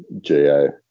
Geo